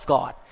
God